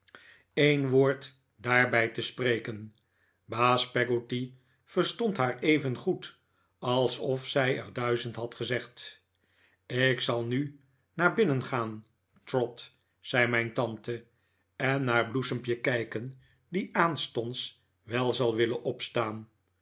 een woord daarbij te spreken baas peggotty verstond haar evengoed alsof zij er duizend had gezegd ik zal nu naar binnen gaan trot zei mijn tante en naar bloesempje kijken die aanstonds wel zal willen opstaan